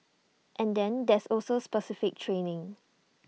and then there's also specific training